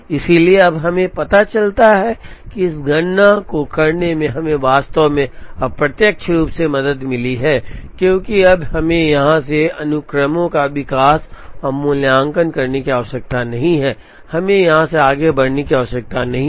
इसलिए अब हमें पता चलता है कि इस गणना को करने से हमें वास्तव में अप्रत्यक्ष रूप से मदद मिली है क्योंकि अब हमें यहाँ से अनुक्रमों का विकास और मूल्यांकन करने की आवश्यकता नहीं है हमें यहाँ से आगे बढ़ने की आवश्यकता नहीं है